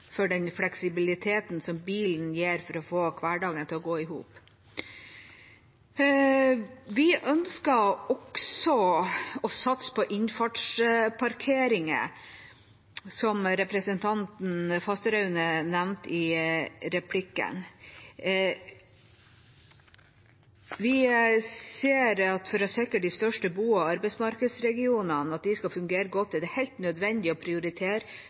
for den fleksibiliteten som bilen gir for å få hverdagen til å gå i hop. Vi ønsker også å satse på innfartsparkeringer, som representanten Fasteraune nevnte i en replikk. Vi ser at for å sikre de største bo- og arbeidsregionene og at de fungerer godt, er det helt nødvendig å prioritere